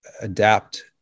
adapt